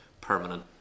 permanent